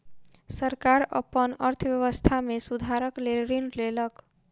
सरकार अपन अर्थव्यवस्था में सुधारक लेल ऋण लेलक